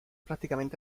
prácticamente